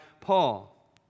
Paul